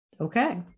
okay